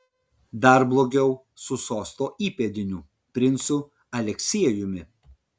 dar blogiau su sosto įpėdiniu princu aleksiejumi